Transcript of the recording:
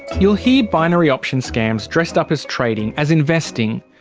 you'll hear binary option scams dressed up as trading, as investing.